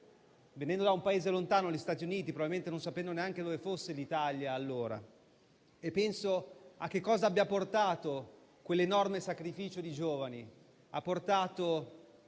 venendo da un Paese lontano, gli Stati Uniti, senza sapere probabilmente allora neanche dove fosse l'Italia. E penso a che cosa abbia portato quell'enorme sacrificio di giovani: ha portato